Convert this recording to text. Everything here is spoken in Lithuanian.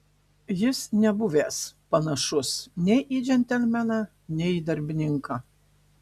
jis nebuvęs panašus nei į džentelmeną nei į darbininką